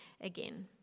again